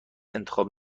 انتخاب